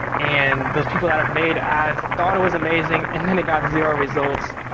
and those people that have made ads, thought it was amazing, and then it got zero results.